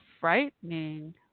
frightening